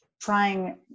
trying